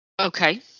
Okay